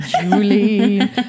Julie